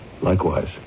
Likewise